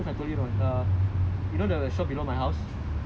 so like once I was telling like okay I don't know if I told you or not err